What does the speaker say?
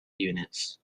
units